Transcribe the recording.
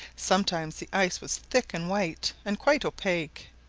sometimes the ice was thick and white, and quite opaque.